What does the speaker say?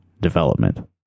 development